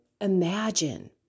imagine